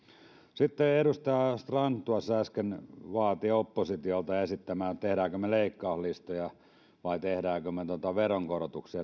sitten edustaja strand tuossa äsken vaati oppositiota esittämään teemmekö me leikkauslistoja vai teemmekö me veronkorotuksia